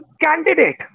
candidate